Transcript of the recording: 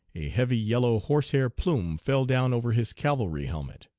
a heavy yellow horse-hair plume fell down over his cavalry helmet.